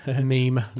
Meme